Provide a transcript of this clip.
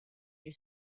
your